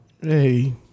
Hey